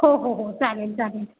हो हो हो चालेल चालेल